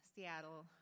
Seattle